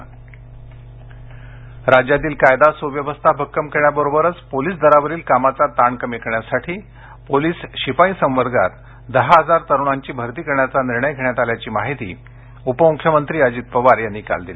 अजित पवार राज्यातील कायदा स्व्यवस्था भक्कम करण्याबरोबरच पोलीस दलावरील कामाचा ताण कमी करण्यासाठी पोलीस शिपाई संवर्गात दहा हजार तरुणांची भरती करण्याचा निर्णय घेण्यात आल्याची माहिती उपम्ख्यमंत्री अजित पवार यांनी काल दिली